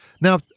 Now